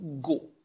go